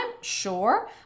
sure